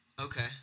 Okay